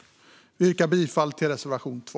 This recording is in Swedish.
Jag yrkar bifall till reservation 2.